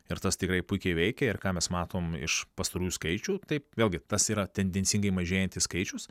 ir tas tikrai puikiai veikia ir ką mes matom iš pastarųjų skaičių taip vėlgi tas yra tendencingai mažėjantis skaičius